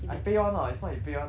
I pay [one] [what] it's not he pay [one]